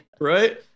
Right